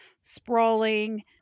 sprawling